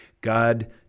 God